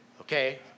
Okay